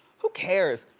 who cares?